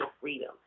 freedom